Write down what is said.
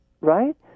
right